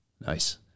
Nice